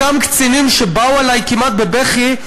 אותם קצינים שבאו אלי כמעט בבכי,